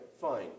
fine